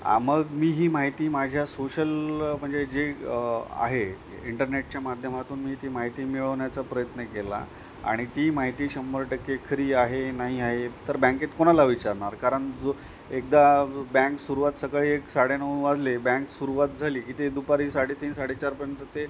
आ मग मी ही माहिती माझ्या सोशल म्हणजे जे आहे इंटरनेटच्या माध्यमातून मी ती माहिती मिळवण्याचा प्रयत्न केला आणि ती माहिती शंभर टक्के खरी आहे नाही आहे तर बँकेत कोणाला विचारणार कारण जो एकदा ब् बँक सुरुवात सकाळी एक साडेनऊ वाजले बँक सुरुवात झाली की ते दुपारी साडेतीन साडेचारपर्यंत ते